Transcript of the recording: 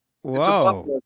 Whoa